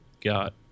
got